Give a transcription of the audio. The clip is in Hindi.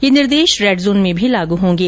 ये निर्देश रेडजोन में भी लागू होंगे